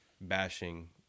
bashing